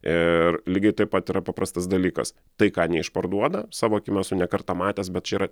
ir lygiai taip pat yra paprastas dalykas tai ką neišparduoda savo akim esu ne kartą matęs bet čia yra